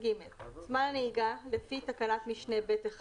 זמן הנהיגה לפי תקנת משנה (ב)(1),